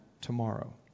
tomorrow